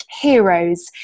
heroes